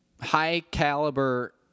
high-caliber